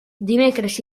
dimecres